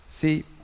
See